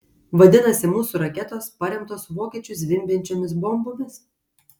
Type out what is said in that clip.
vadinasi mūsų raketos paremtos vokiečių zvimbiančiomis bombomis